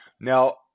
Now